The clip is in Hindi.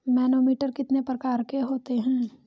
मैनोमीटर कितने प्रकार के होते हैं?